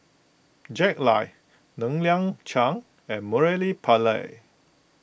Jack Lai Ng Liang Chiang and Murali Pillai